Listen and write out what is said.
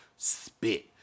Spit